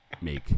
make